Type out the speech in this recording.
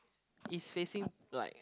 is facing like